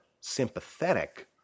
sympathetic